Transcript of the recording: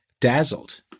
dazzled